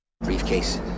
briefcase